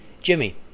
Jimmy